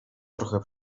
trochę